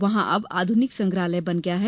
वहां अब आधुनिक संग्रहालय बन गया है